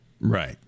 Right